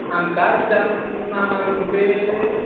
आं कार् जनानां कृते